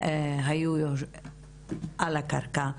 היו על הקרקע.